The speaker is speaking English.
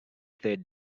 third